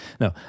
No